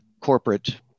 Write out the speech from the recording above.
corporate